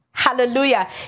Hallelujah